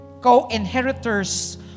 co-inheritors